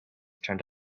turned